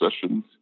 sessions